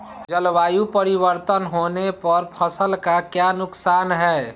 जलवायु परिवर्तन होने पर फसल का क्या नुकसान है?